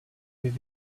with